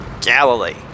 Galilee